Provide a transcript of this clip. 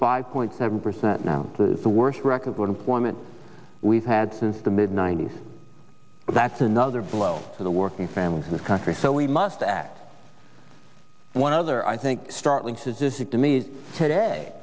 five point seven percent now the worst record we've had since the mid ninety's but that's another blow for the working families in this country so we must act one other i think startling statistic to me today